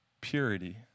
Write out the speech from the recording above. purity